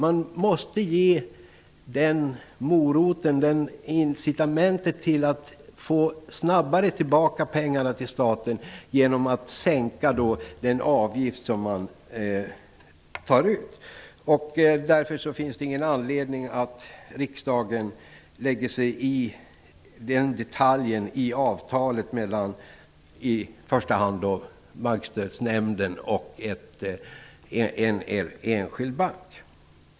Man måste ge bankerna den moroten, det incitamentet, genom att sänka den avgift som man tar ut så att staten snabbare får tillbaka pengarna. Därför finns det ingen anledning för riksdagen att lägga sig i den detaljen i avtalet mellan i första hand Bankstödsnämnden och en enskild bank.